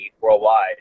worldwide